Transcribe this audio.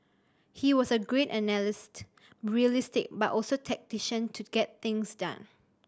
he was a great analyst realistic but also tactician to get things done